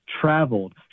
traveled